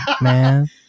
man